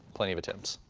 plenty of attempts.